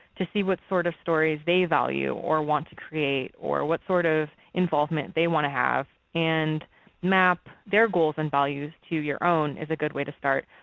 to see what sort of stories they value, or want to create, or what sort of involvement they want to have. and map their goals and values to your own is a good way to start.